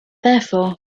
therefore